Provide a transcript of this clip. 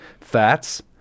Fats